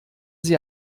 sie